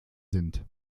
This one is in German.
sind